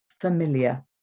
familiar